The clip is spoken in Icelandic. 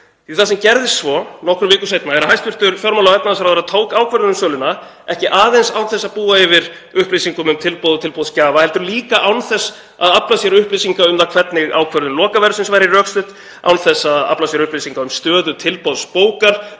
Það sem gerðist svo nokkrum vikum seinna er að hæstv. fjármála- og efnahagsráðherra tók ákvörðun um söluna ekki aðeins án þess að búa yfir upplýsingum um tilboð og tilboðsgjafa heldur líka án þess að afla sér upplýsinga um það hvernig ákvörðun lokaverðsins væri rökstudd, án þess að afla sér upplýsinga um stöðu tilboðsbókar